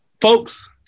Folks